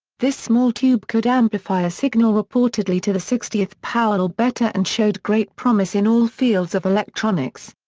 this small tube could amplify a signal reportedly to the sixtieth power or better and showed great promise in all fields of electronics.